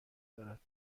دارد